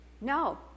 No